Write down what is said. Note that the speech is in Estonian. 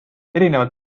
erinevalt